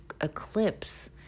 eclipse